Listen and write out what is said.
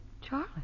Charlie